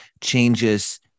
changes